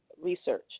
research